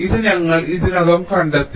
ഇത് ഞങ്ങൾ ഇതിനകം കണ്ടെത്തി